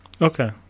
Okay